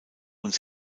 und